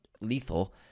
lethal